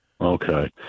Okay